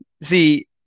See